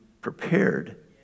prepared